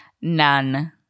None